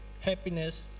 happiness